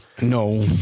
no